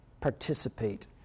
participate